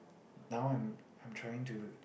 now I'm I'm trying to